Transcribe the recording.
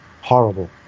horrible